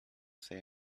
say